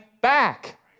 back